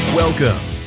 Welcome